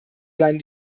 seien